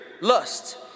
lust